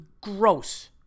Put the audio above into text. gross